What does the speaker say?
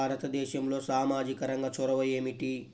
భారతదేశంలో సామాజిక రంగ చొరవ ఏమిటి?